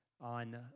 on